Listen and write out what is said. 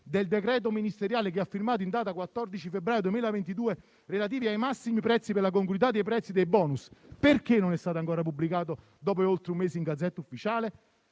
del decreto ministeriale che ha firmato in data 14 febbraio 2022, relativo ai massimi prezzi per la congruità dei prezzi dei *bonus*. Perché non è stato ancora pubblicato, dopo oltre un mese, in *Gazzetta Ufficiale*?